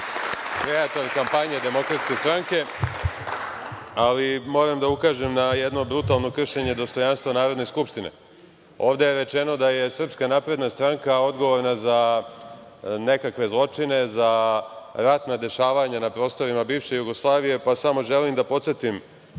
kreator kampanje DS, ali moram da ukažem da jedno brutalno kršenje dostojanstva Narodne skupštine. Ovde je rečeno da je SNS odgovorna za nekakve zločine, za ratna dešavanja na prostorima bivše Jugoslavije, pa samo želim da podsetim